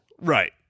Right